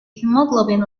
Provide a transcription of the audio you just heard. hemoglobin